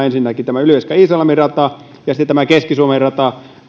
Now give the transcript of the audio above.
ensinnäkin tämä ylivieska iisalmi rata ja sitten keski suomen rata